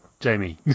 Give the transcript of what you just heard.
Jamie